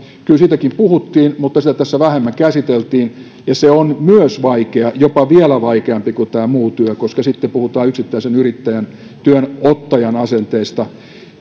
kyllä siitäkin puhuttiin mutta sitä tässä vähemmän käsiteltiin se on myös vaikea jopa vielä vaikeampi kuin tämä muu työ koska sitten puhutaan yksittäisen yrittäjän työhönottajan asenteesta